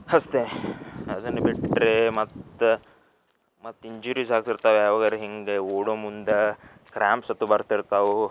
ಹಸ್ತೇ ಅದನ್ನು ಬಿಟ್ಟರೆ ಮತ್ತು ಮತ್ತು ಇಂಜುರೀಸ್ ಆಗಿರ್ತಾವೆ ಯಾವಾಗಾದ್ರೂ ಹೀಗೆ ಓಡೊ ಮುಂದೆ ಕ್ರ್ಯಾಮ್ಸ್ ಅಂತ ಬರ್ತಿರ್ತಾವೆ